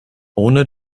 ohne